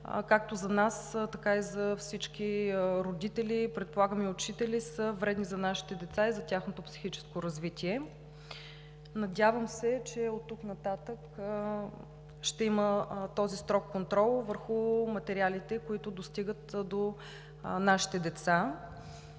както за нас, така и за всички родители, предполагам и учители, са вредни за нашите деца и за тяхното психическо развитие. Надявам се, че оттук нататък ще има този строг контрол върху материалите, които достигат до нашите деца,